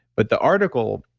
but the article,